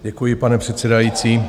Děkuji, pane předsedající.